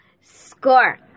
score